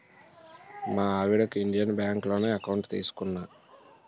మా ఆవిడకి ఇండియన్ బాంకులోనే ఎకౌంట్ తీసుకున్నా